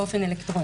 באופן אלקטרוני.